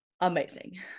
amazing